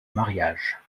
mariage